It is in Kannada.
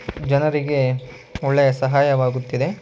ಜನರಿಗೆ ಒಳ್ಳೆಯ ಸಹಾಯವಾಗುತ್ತಿದೆ